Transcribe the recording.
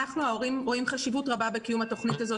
אנחנו ההורים רואים חשיבות רבה לקיום התוכנית הזאת